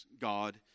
God